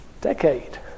decade